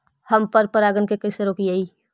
हम पर परागण के कैसे रोकिअई?